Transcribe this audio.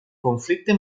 conflicte